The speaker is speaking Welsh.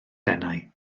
denau